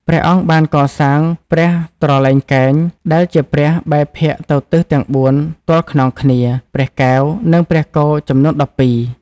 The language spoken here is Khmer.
ព្រះអង្គបានកសាង ព្រះត្រឡែងកែង ដែលជាព្រះបែរភក្ត្រទៅទិសទាំងបួនទល់ខ្នងគ្នា ព្រះកែវ និងព្រះគោចំនួន ១២។